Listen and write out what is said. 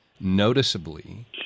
noticeably